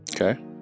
Okay